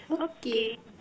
okay